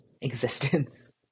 existence